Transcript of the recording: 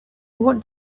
want